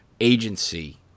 agency